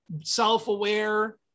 Self-aware